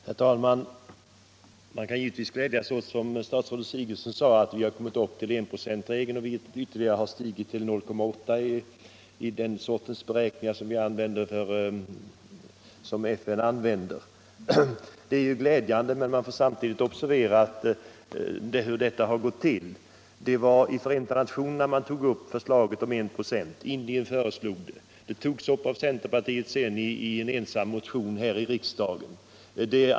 Herr talman! Som statsrådet Sigurdsen sade kan vi givetvis glädja oss åt all vi nått enprocentsmålet och att vårt bistånd stigit tull 0,8 "4 enligt de beräkningar som FN använder. Men samtidigt bör man observera hur detta har gått till. Det var Indien som i Förenta nationerna lade fram förslag om 1 "5. Centerpartiet tog upp förslaget i en motion i riksdagen.